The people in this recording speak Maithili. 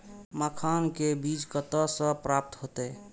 मखान के बीज कते से प्राप्त हैते?